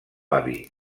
avi